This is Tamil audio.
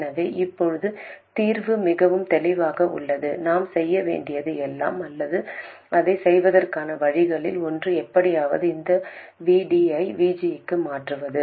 எனவே இப்போது தீர்வு மிகவும் தெளிவாக உள்ளது நாம் செய்ய வேண்டியது எல்லாம் அல்லது அதைச் செய்வதற்கான வழிகளில் ஒன்று எப்படியாவது இந்த VD ஐ VG க்கு மாற்றுவது